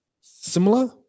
similar